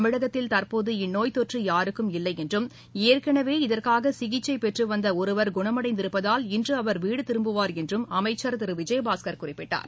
தமிழகத்தில் தற்போது இந்நோய் தொற்று யாருக்கும் இல்லையென்றும் ஏற்கனவே இதற்காக சிகிச்சை பெற்று வந்த ஒருவர் குணமடைந்து இருப்பதால் இன்று அவர் வீடு திரும்புவார் என்றும் அமைச்சர் திரு விஜயபாஸ்கர் குறிப்பிட்டார்